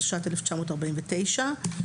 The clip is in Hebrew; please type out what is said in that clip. התשע"ט 1949,